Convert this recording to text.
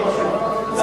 לא.